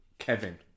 Kevin